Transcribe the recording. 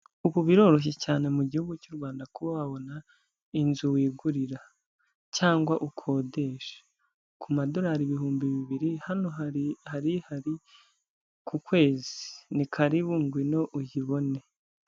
Ubu biroroshye cyane mu gihugu cy'u Rwanda kuba wabona inzu wigurira cyangwa ukodesha, ku madorari ibihumbi bibiri hano hari hari hari ku kwezi, ni karibu ngwino uyibone.